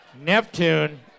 Neptune